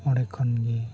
ᱚᱸᱰᱮ ᱠᱷᱚᱱᱜᱮ